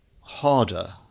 harder